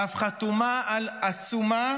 ואף חתומה על עצומה